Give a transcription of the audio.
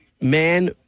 Man